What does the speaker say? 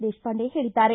ದೇಶಪಾಂಡೆ ಹೇಳದ್ದಾರೆ